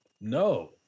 No